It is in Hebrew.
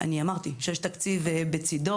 אמרתי שיש תקציב בצדו,